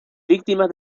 víctimas